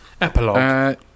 Epilogue